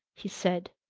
he said,